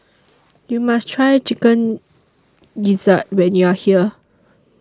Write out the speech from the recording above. YOU must Try Chicken Gizzard when YOU Are here